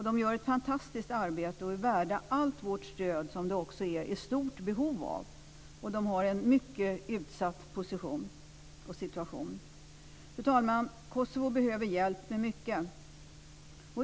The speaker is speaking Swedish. De gör ett fantastiskt arbete och är värda allt vårt stöd, som de också är i stort behov av. De har en mycket utsatt position och situation. Fru talman! Kosovo behöver hjälp med mycket.